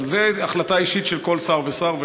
אבל זה החלטה אישית של כל שר ושר,